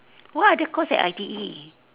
what other course at I_T_E